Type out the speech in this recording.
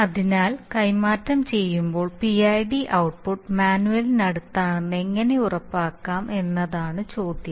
അതിനാൽ കൈമാറ്റം ചെയ്യുമ്പോൾ PID ഔട്ട്പുട്ട് മാനുവലിനടുത്താണെന്ന് എങ്ങനെ ഉറപ്പാക്കാം എന്നതാണ് ചോദ്യം